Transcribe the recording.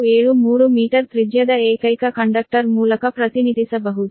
0473 metre ತ್ರಿಜ್ಯದ ಏಕೈಕ conductor ಮೂಲಕ ಪ್ರತಿನಿಧಿಸಬಹುದು